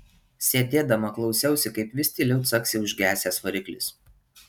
sėdėdama klausiausi kaip vis tyliau caksi užgesęs variklis